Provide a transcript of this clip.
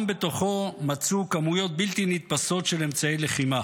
בתוכו גם מצאו כמויות בלתי נתפסות של אמצעי לחימה.